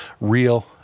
real